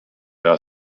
are